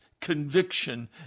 conviction